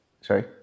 Sorry